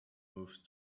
moved